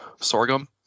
sorghum